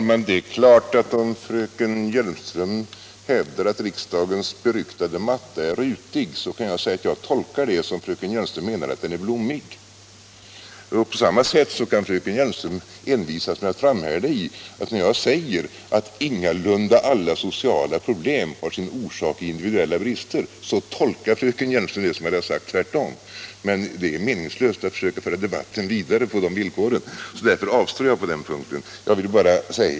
Herr talman! Om fröken Hjelmström hävdar att riksdagens beryktade matta är rutig, så kan jag naturligtvis säga att jag tolkar det så att fröken Hjelmström menar att den är blommig. På samma sätt kan fröken Hjelmström envisas med att tolka mitt uttalande att ingalunda alla sociala problem har sin orsak i individuella brister så att jag sagt motsatsen. Det är meningslöst att försöka föra debatten vidare på de villkoren. Därför avstår jag på den punkten.